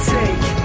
take